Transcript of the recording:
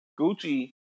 Gucci